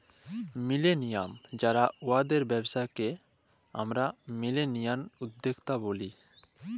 millennial যারা উয়াদের ব্যবসাকে আমরা মিলেলিয়াল উদ্যক্তা ব্যলি